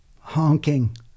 honking